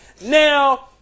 now